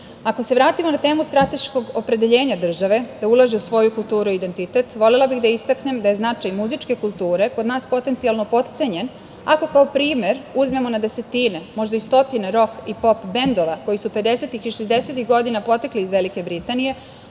se vratimo na temu strateškog opredeljenja države da ulaže u svoju kulturu i identitet, volela bih da istaknem da je značaj muzičke kulture kod nas potencijalno potcenjen. Ako kao primer uzmemo na desetine, možda i stotine rok i pop bendova koji su 50-ih i 60-ih godina potekli iz Velike Britanije,